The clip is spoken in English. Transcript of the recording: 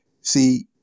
see